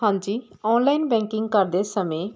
ਹਾਂਜੀ online banking ਕਰਦੇ ਸਮੇਂ